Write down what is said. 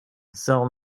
cell